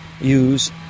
use